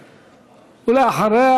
ואחריה,